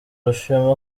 rushema